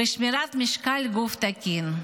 ושמירה על משקל גוף תקין,